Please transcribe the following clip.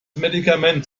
medikament